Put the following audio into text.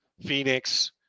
Phoenix